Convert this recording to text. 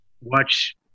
watch